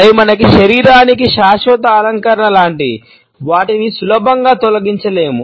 అవి మన శరీరానికి శాశ్వత అలంకరణ లాంటివి వాటిని సులభంగా తొలగించలేము